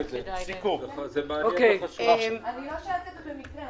אני לא שואלת על כך במקרה.